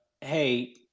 Hey